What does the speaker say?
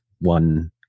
one